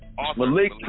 Malik